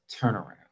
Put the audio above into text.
turnaround